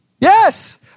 Yes